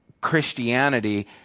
Christianity